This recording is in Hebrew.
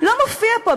לא מופיע פה,